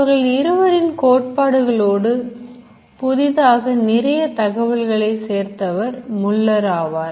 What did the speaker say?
அவர்கள் இருவரின் கோட்பாடுகளோடு புதிதாக நிறைய தகவல்களை சேர்த்தவர் Muller ஆவார்